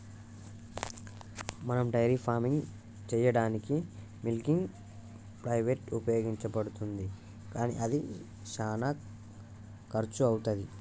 మనం dairy farming సెయ్యదానికీ milking pipeline ఉపయోగించబడుతుంది కానీ అది శానా కర్శు అవుతది